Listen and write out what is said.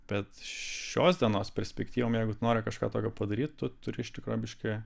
bet šios dienos perspektyvom jeigu nori kažką tokio padaryt tu turi iš tikrųjų biški